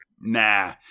Nah